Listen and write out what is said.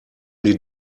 die